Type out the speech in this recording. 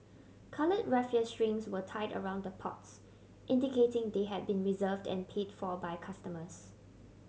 coloured raffia strings were tied around the pots indicating they had been reserved and paid for by customers